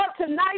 tonight